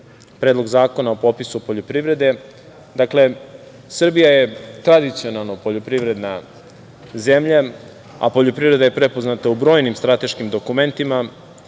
Predlog zakona o popisu poljoprivrede. Dakle, Srbija je tradicionalno poljoprivredna zemlja, a poljoprivreda je prepoznata u brojnim strateškim dokumentima